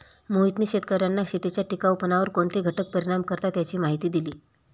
मोहितने शेतकर्यांना शेतीच्या टिकाऊपणावर कोणते घटक परिणाम करतात याची माहिती दिली